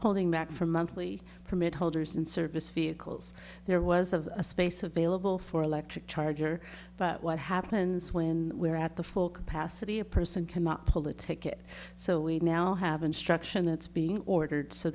holding back from monthly permit holders and service vehicles there was of a space available for electric charger but what happens when we're at the full capacity a person cannot pull the ticket so we now have instruction that's being ordered so